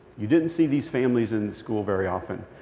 you didn't see these families in school very often.